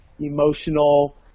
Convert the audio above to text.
emotional